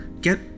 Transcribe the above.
get